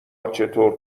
چطور